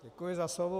Děkuji za slovo.